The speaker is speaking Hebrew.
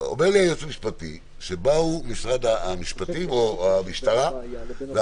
אומר לי היועץ המשפטי שבאו משרד המשפטים או המשטרה ואמרו: